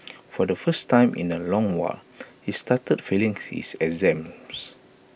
for the first time in A long while he started failing his exams